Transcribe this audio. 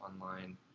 online